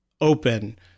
open